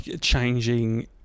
changing